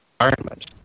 environment